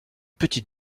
petite